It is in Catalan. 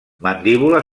mandíbula